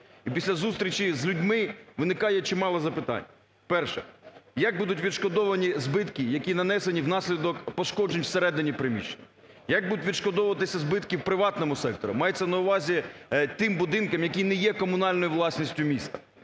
після зустрічі з людьми виникає чимало запитань, перше, як будуть відшкодовані збитки, які нанесені внаслідок пошкоджень всередині приміщень, як будуть відшкодовуватися збитки у приватному секторі, мається на увазі тим будинкам, які не є комунальною власністю міста.